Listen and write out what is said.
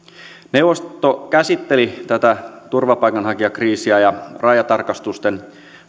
neuvosto käsitteli tätä turvapaikanhakijakriisiä ja rajatarkastusten